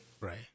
Right